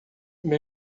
meu